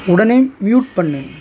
உடனே மியூட் பண்ணு